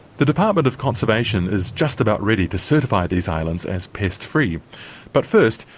the department of conservation is just about ready to certify these islands as pest-free but first,